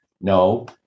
No